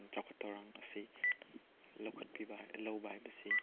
ꯆꯥꯎꯈꯠ ꯊꯧꯔꯥꯡ ꯑꯁꯤ ꯂꯧꯕ ꯍꯥꯏꯕꯁꯤ